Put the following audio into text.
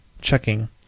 checking